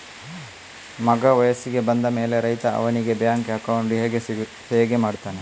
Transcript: ಮಗ ವಯಸ್ಸಿಗೆ ಬಂದ ಮೇಲೆ ರೈತ ಅವನಿಗೆ ಬ್ಯಾಂಕ್ ಅಕೌಂಟ್ ಹೇಗೆ ಮಾಡ್ತಾನೆ?